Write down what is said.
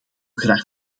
graag